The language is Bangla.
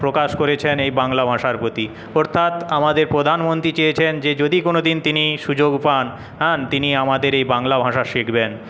প্রকাশ করেছেন এই বাংলা ভাষার প্রতি অর্থাৎ আমাদের প্রধানমন্ত্রী চেয়েছেন যে যদি কোনোদিন তিনি সুযোগ পান হ্যাঁ তিনি আমাদের এই বাংলা ভাষা শিখবেন